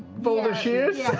boulder, shears?